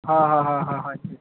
હા હા હા હા હા છે